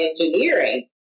engineering